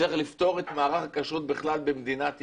צריך לפתור את מערך הכשרות בכלל במדינת ישראל.